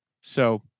So-